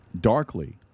darkly